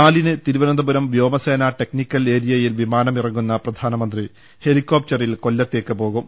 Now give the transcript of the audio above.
നാലിന് തിരുവനന്തപുരം വ്യോമസേനാ technical എരിയയിൽ വിമാനം ഇറങ്ങുന്ന പ്രധാനമന്ത്രി ഹെലിക്കോപ്റ്ററിൽ കൊല്ലത്തേക്ക് പോകും